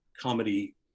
comedy